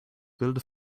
bild